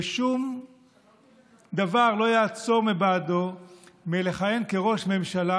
ושום דבר לא יעצור מבעדו מלכהן כראש ממשלה,